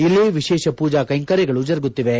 ಇಲ್ಲಿ ವಿಶೇಷ ಪೂಜಾ ಕೈಂಕರ್ಯಗಳು ಜರುಗುತ್ತಿವೆ